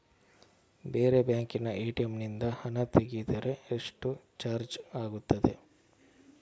ಬೇರೆ ಬ್ಯಾಂಕಿನ ಎ.ಟಿ.ಎಂ ನಿಂದ ಹಣ ತೆಗೆದರೆ ಎಷ್ಟು ಚಾರ್ಜ್ ಆಗುತ್ತದೆ?